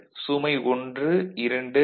சுமை 1 சுமை 2